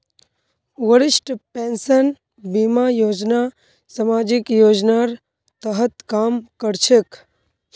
वरिष्ठ पेंशन बीमा योजना सामाजिक योजनार तहत काम कर छेक